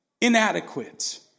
inadequate